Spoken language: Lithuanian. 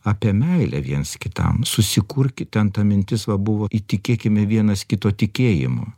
apie meilę viens kitam susikurkit ten ta mintis va buvo įtikėkime vienas kito tikėjimu